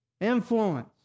influence